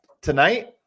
tonight